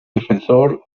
defensor